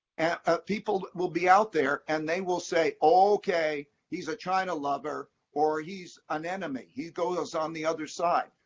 people will be out there and they will say, ok, he's a china lover or he's an enemy, he goes on the other side.